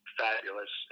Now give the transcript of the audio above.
fabulous